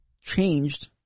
changed